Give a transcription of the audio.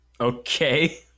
Okay